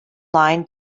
line